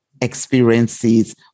experiences